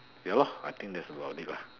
ya lor I think that's about it lah